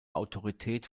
autorität